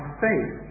faith